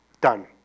Done